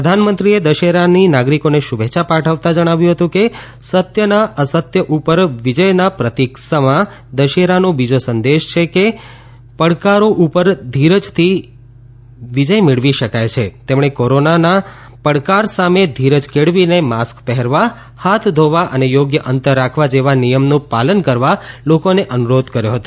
પ્રધાનમંત્રીએ દશેરાની નાગરિકોને શુભેચ્છા પાઠવતાં જણાવ્યું હતું કે સત્યના અસત્ય ઉપર વિજયના પ્રતિક સમા દશેરાનો બીજો સંદેશ છે પડકારો ઉપર ધીરજથી વિજય મેળવી શકાય છે તેમણે કોરોના રૂપી પડકાર સામે ધીરજ કેળવીને માસ્ક પહેરવા હાથ ધીવા અને થોગ્ય અંતર રાખવા જેવા નિયમનું પાલન કરવા લોકોને અનુરોધ કર્યો હતો